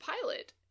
Pilot